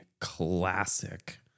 classic